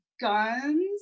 guns